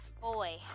Boy